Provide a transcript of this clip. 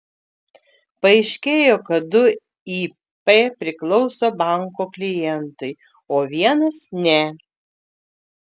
paaiškėjo kad du ip priklauso banko klientui o vienas ne